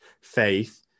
faith